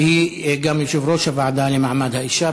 שהיא גם יושבת-ראש הוועדה לקידום מעמד האישה.